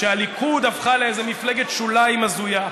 שהליכוד הפך לאיזה מפלגת שוליים הזויה.